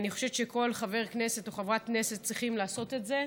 אני חושבת שכל חבר כנסת או חברת כנסת צריכים לעשות את זה,